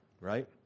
Right